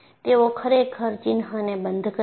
તેઓ ખરેખર ચિન્હને બંધ કરે છે